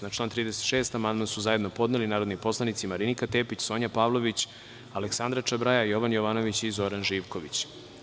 Na član 36. amandman su zajedno podneli narodni poslanici Marinika Tepić, Sonja Pavlović, Aleksandra Čabraja, Jovan Jovanović i Zoran Živković.